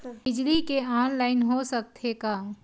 बिजली के ऑनलाइन हो सकथे का?